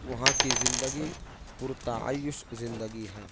وہاں کی زندگی پر تعیش زندگی ہے